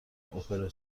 اپرا